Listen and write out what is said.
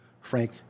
Frank